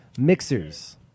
mixers